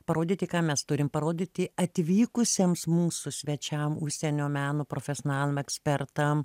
parodyti ką mes turim parodyti atvykusiems mūsų svečiam užsienio meno profesionalam ekspertam